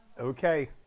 Okay